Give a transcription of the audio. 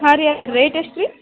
ಹಾಂ ರೀ ಅದ್ಕೆ ರೇಟ್ ಎಷ್ಟು ರೀ